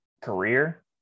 career